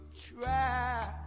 try